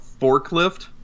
forklift